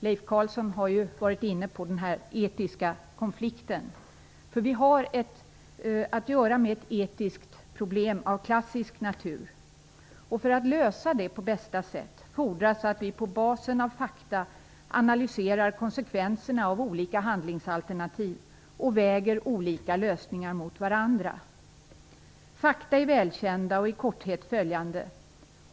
Leif Carlson var inne på den etiska konflikten här. Vi har ju här att göra med ett etiskt problem av klassisk natur. För att lösa det på bästa sätt fordras det att vi på basis av fakta analyserar konsekvenserna av olika handlingsalternativ och väger olika lösningar mot varandra. Fakta är välkända och i korthet följande.